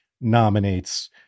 nominates